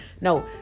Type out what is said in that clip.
No